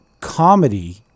comedy